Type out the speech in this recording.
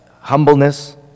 humbleness